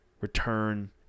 return